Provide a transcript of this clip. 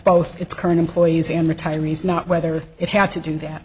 both its current employees and retirees not whether it had to do that